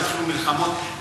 יעשו מלחמות,